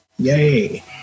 Yay